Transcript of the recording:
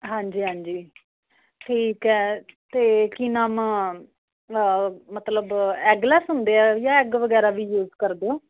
ਹਾਂਜੀ ਹਾਂਜੀ ਠੀਕ ਹੈ ਅਤੇ ਕੀ ਨਾਮ ਮਤਲਬ ਐੱਗਲੈੱਸ ਹੁੰਦੇ ਹੈ ਜਾਂ ਐੱਗ ਵਗੈਰਾ ਵੀ ਯੂਜ ਕਰਦੇ ਆ